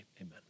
amen